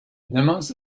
lemons